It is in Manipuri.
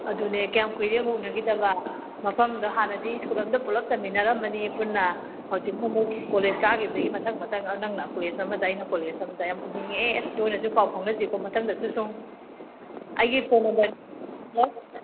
ꯑꯗꯨꯅꯦ ꯀꯌꯥꯝ ꯀꯨꯏꯔꯦ ꯌꯦꯉꯨ ꯎꯅꯈꯤꯗꯕ ꯃꯐꯝꯗꯨꯗ ꯍꯥꯟꯅꯗꯤ ꯁ꯭ꯀꯨꯜ ꯑꯃꯗ ꯄꯨꯂꯞ ꯇꯝꯃꯤꯟꯅꯔꯝꯕꯅꯤ ꯄꯨꯟꯅ ꯍꯧꯖꯤꯛꯅ ꯑꯃꯨꯛ ꯀꯣꯂꯦꯖ ꯀꯥꯈꯤꯕꯗꯒꯤ ꯃꯊꯪ ꯃꯊꯪ ꯅꯪꯅ ꯀꯣꯂꯦꯖ ꯑꯃꯗ ꯑꯩꯅ ꯀꯣꯂꯦꯖ ꯑꯃꯗ ꯌꯥꯝ ꯎꯅꯤꯡꯉꯛꯑꯦ ꯑꯁ ꯇꯣꯏꯅꯁꯨ ꯄꯥꯎ ꯐꯥꯎꯅꯁꯤꯀꯣ ꯃꯊꯪꯗꯁꯨ ꯁꯨꯝ ꯑꯩꯒꯤ ꯐꯣꯟ ꯅꯝꯕꯔ ꯂꯩ